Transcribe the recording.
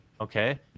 okay